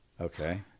Okay